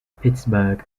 pittsburgh